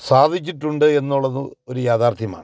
സാധിച്ചിട്ടുണ്ട് എന്നുള്ളതു ഒരു യത്ഥാര്ത്ഥ്യമാണ്